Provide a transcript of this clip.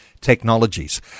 technologies